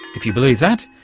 if you believe that,